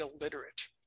illiterate